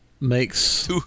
makes